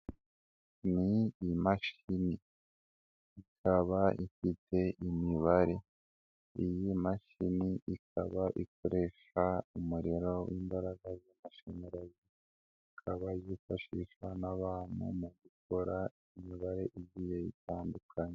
Ni imashini, ikaba ifite imibare, iyi mashini ikaba ikoresha umuriro w'imbaraga z'amashanyarazi, ikaba yifashishwa n'abantu mu gukora imibare igiye itandukanye.